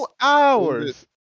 hours